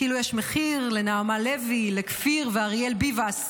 כאילו יש מחיר לנעמה לוי, לכפיר ואריאל ביבס.